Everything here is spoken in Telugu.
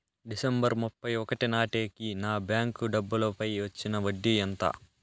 డిసెంబరు ముప్పై ఒకటి నాటేకి నా బ్యాంకు డబ్బుల పై వచ్చిన వడ్డీ ఎంత?